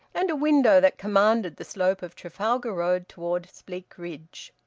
and a window that commanded the slope of trafalgar road towards bleakridge.